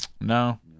No